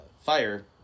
fire